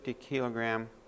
kilogram